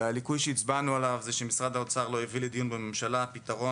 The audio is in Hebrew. הליקוי שהצבענו עליו הוא שמשרד האוצר לא הביא לדיון בממשלה פתרון